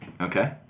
Okay